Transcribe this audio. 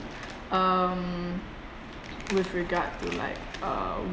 um with regard to like uh